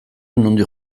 nondik